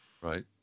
right